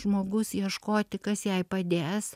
žmogus ieškoti kas jai padės